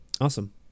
Awesome